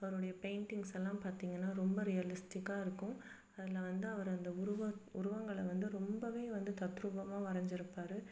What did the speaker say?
அவருடைய பெயிண்ட்டிங்ஸ் எல்லாம் பார்த்திங்கன்னா ரொம்ப ரியலிஸ்டிக்காக இருக்கும் அதில் வந்து அவர் அந்த உருவத் உருவங்களை வந்து ரொம்பவே வந்து தத்ரூபமாக வரைஞ்சிருப்பாரு